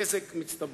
נזק מצטבר.